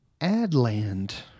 Adland